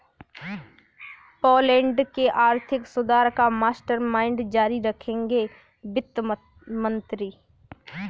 Poland के आर्थिक सुधार का मास्टरमाइंड जारी रखेंगे वित्त मंत्री